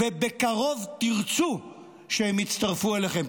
ובקרוב תרצו שהם יצטרפו אליכם.